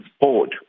board